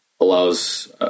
allows